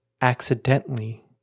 accidentally